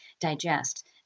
digest